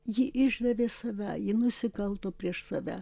ji išdavė save ji nusikalto prieš save